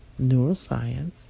neuroscience